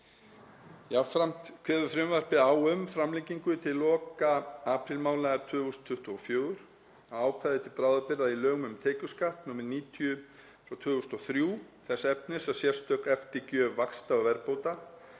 Jafnframt kveður frumvarpið á um framlengingu til loka aprílmánaðar 2024 á ákvæði til bráðabirgða í lögum um tekjuskatt, nr. 90/2003, þess efnis að sérstök eftirgjöf vaxta og verðbóta